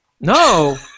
No